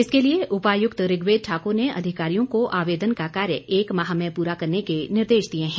इसके लिए उपायुक्त ऋग्वेद ठाक्र ने अधिकारियों को आवेदन का कार्य एक माह में पूरा करने के निर्देश दिए हैं